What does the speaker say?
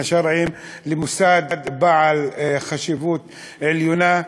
השרעיים למוסד בעל חשיבות עליונה,